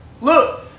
Look